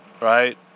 right